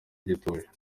gituje